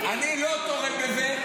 אני לא טוען את זה,